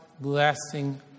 blessing